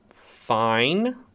fine